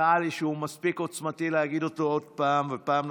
נראה לי שהוא מספיק עוצמתי כדי להגיד עוד פעם ופעם נוספת,